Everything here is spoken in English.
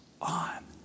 on